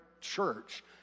church